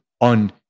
on